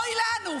אוי לנו,